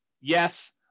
yes